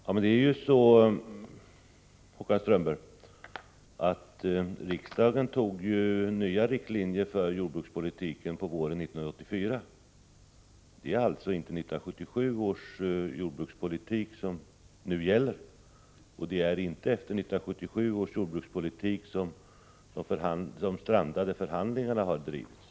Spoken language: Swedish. Herr talman! Det är ju så, Håkan Strömberg, att riksdagen beslutade om nya riktlinjer för jordbrukspolitiken under våren 1984. Det är alltså inte 1977 års jordbrukspolitik som nu gäller, och det är inte i enlighet med 1977 års jordbrukspolitik som de nu strandade förhandlingarna har drivits.